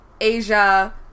asia